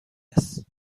است